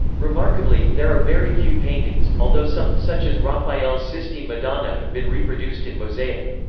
remarkably, there are very few paintings, although some, such as raphael's sistine madonna have been reproduced in mosaic.